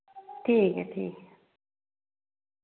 ठीक ऐ ठीक ऐ